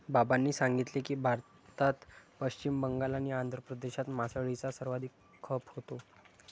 बाबांनी सांगितले की, भारतात पश्चिम बंगाल आणि आंध्र प्रदेशात मासळीचा सर्वाधिक खप होतो